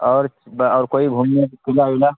اور اور کوئی گھومنے کی قلعہ ولا